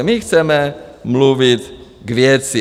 My chceme mluvit k věci.